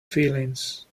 feelings